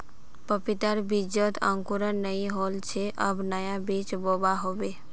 पपीतार बीजत अंकुरण नइ होल छे अब नया बीज बोवा होबे